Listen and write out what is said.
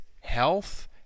health